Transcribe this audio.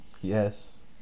Yes